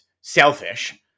selfish